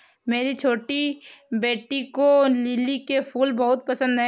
मेरी छोटी बेटी को लिली के फूल बहुत पसंद है